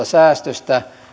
säästöistä